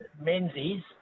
Menzies